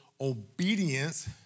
obedience